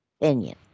opinion